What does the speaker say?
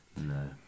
no